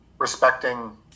respecting